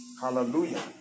hallelujah